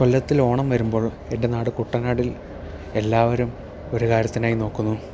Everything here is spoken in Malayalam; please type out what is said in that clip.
കൊല്ലത്തിൽ ഓണം വരുമ്പോൾ എൻ്റെ നാട് കുട്ടനാടിൽ എല്ലാവരും ഒരു കാര്യത്തിനായി നോക്കുന്നു